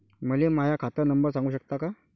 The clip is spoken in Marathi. मले माह्या खात नंबर सांगु सकता का?